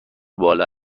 بالا